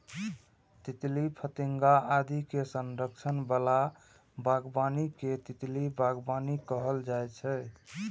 तितली, फतिंगा आदि के संरक्षण बला बागबानी कें तितली बागबानी कहल जाइ छै